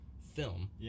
film